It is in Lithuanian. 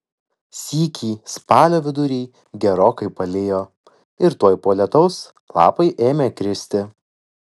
sykį spalio vidury gerokai palijo ir tuoj po to lietaus lapai ėmė kristi